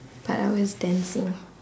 but I was dancing